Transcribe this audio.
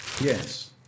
Yes